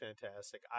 fantastic